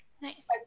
Nice